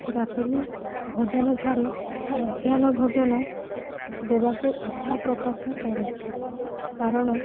ରାତ୍ରି ଭୋଜନ ଠାରୁ ମଧ୍ୟାହ୍ନ ଭୋଜନ ଦେବାକୁ ଇଚ୍ଛା ପ୍ରକାଶ କରେ କାରଣ